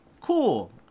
cool